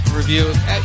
review